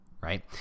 right